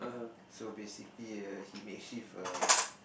so basically err he makeshift a